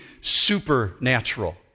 supernatural